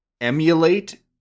emulate